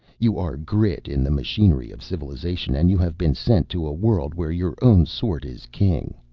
you are grit in the machinery of civilization, and you have been sent to a world where your own sort is king.